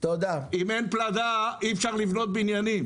אם אין פלדה, אי אפשר לבנות בניינים.